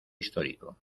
histórico